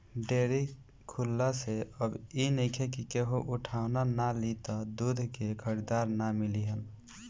dairy खुलला से अब इ नइखे कि केहू उठवाना ना लि त दूध के खरीदार ना मिली हन